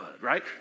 Right